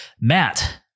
Matt